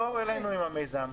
בואו אלינו עם המיזם,